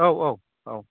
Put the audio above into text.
औ औ औ